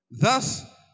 thus